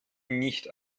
nicht